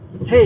hey